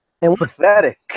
Pathetic